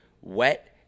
WET